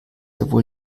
wohl